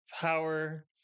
power